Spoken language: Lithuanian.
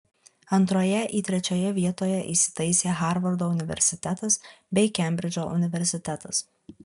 antroje į trečioje vietoje įsitaisė harvardo universitetas bei kembridžo universitetas